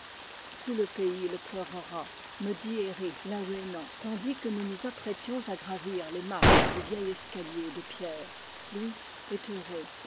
tout le pays le pleurera me dit herri laoué nan tandis que nous nous apprêtions à gravir les marches du vieil escalier de pierre lui est heureux